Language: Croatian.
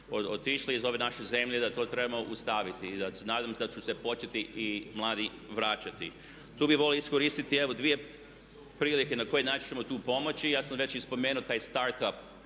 otišli iz ove naše zemlje da to trebamo zaustaviti i da se nadam da ću se početi mladi i vraćati. Tu bi volio iskoristiti evo dvije prilike na koji način ćemo tu pomoći. Ja sam već i spomenuo taj startap